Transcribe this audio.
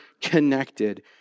connected